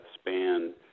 span